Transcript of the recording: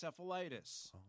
encephalitis